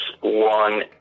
one